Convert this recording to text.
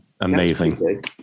Amazing